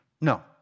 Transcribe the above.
No